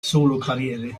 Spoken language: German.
solokarriere